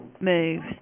moves